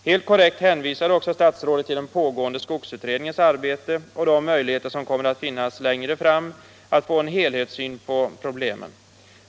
Helt korrekt hänvisade också statsrådet till den pågående skogsutredningens arbete och de möjligheter som kommer att finnas att längre fram få en helhetssyn på problematiken.